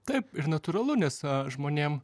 taip ir natūralu nes žmonėm